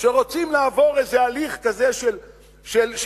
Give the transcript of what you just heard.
שרוצים לעבור איזה הליך כזה של גיור,